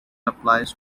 applies